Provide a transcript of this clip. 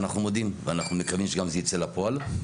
אנחנו מודים ואנחנו מקווים שגם זה ייצא לפועל.